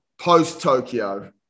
post-Tokyo